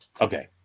Okay